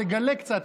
תגלה קצת,